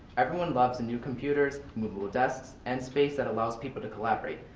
everyone loves the new computers, movable desks, and space that allows people to collaborate,